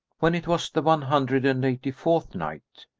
when it was the one hundred and eighty-fourth night,